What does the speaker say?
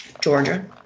Georgia